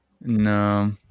No